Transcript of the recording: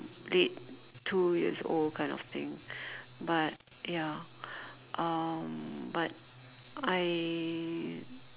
late two years old kind of thing but ya um but I